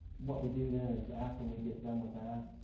what we do then is after we get done with that,